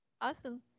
Awesome